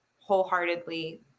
wholeheartedly